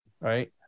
Right